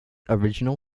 original